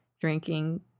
drinking